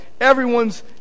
everyone's